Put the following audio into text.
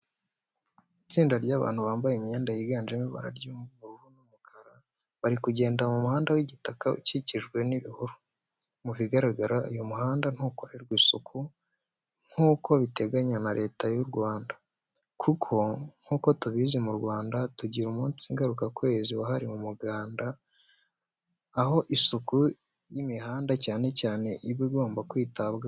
Itsinda ry'abantu bambaye imyenda yiganjemo ibara ry'ubururu n'umukara, bari kugenda mu muhanda w'igitaka ukikijwe n'ibihuru. Mu bigaragara uyu muhanda ntukorerwa isuku nkuko biteganya na Leta y'u Rwanda. Kuko nk'uko tubizi mu Rwanda tugira umunsi ngaruka kwezi wahariwe umuganda, aho isuku y'imihanda cyane cyane iba igomba kwitabwaho.